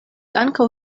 ankaŭ